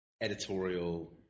editorial